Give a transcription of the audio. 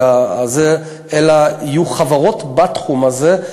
אלא יהיו חברות בתחום הזה,